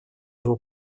его